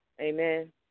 Amen